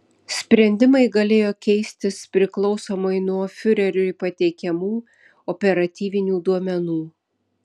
sprendimai galėjo keistis priklausomai nuo fiureriui pateikiamų operatyvinių duomenų